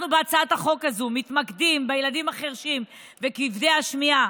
אנחנו בהצעת החוק הזו מתמקדים בילדים החירשים וכבדי השמיעה,